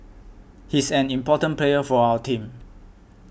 he's an important player for our team